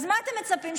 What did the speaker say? אז למה אתם מצפים?